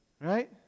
right